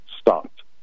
stopped